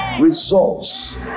Results